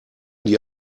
die